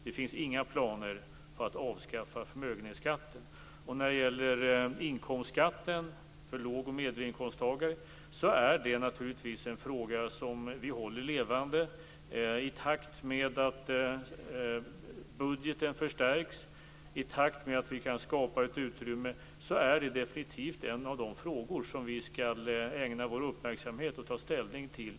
Det finns inga planer på att avskaffa förmögenhetsskatten. När det gäller inkomstskatten för låg och medelinkomsttagare är det naturligtvis en fråga som vi håller levande. I takt med att budgeten förstärks och i takt med att vi kan skapa ett utrymme är det naturligtvis en av de frågor som vi skall ägna vår uppmärksamhet åt och ta ställning till.